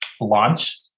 launch